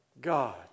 God